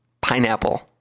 Pineapple